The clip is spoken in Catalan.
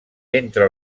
entre